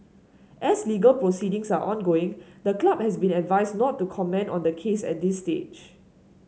as legal proceedings are ongoing the club has been advised not to comment on the case at this stage